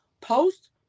post